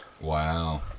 Wow